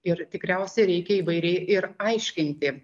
ir tikriausiai reikia įvairiai ir aiškinti